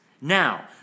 Now